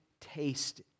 taste